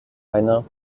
einer